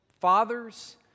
fathers